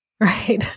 Right